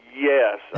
Yes